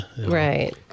Right